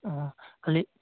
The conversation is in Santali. ᱦᱩᱸ ᱠᱷᱟᱞᱤ